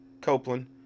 Copeland